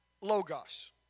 Logos